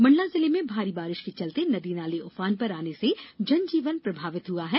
मंडला जिले में भारी बारिश के चलते नदी नाले ऊफान पर आने से जनजीवन प्रभावित हुआ है